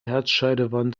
herzscheidewand